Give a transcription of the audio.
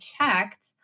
checked